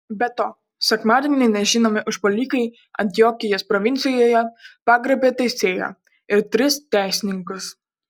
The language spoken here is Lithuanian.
be to sekmadienį nežinomi užpuolikai antiokijos provincijoje pagrobė teisėją ir tris teisininkus